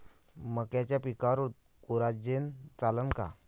मक्याच्या पिकावर कोराजेन चालन का?